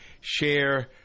Share